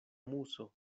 muso